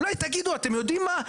אולי תגידו, אתם יודעים מה?